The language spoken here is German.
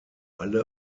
alle